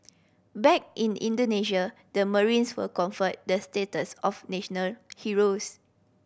back in Indonesia the marines were conferred the status of national heroes